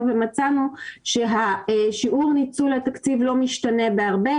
ומצאנו ששיעור ניצול התקציב לא משתנה בהרבה.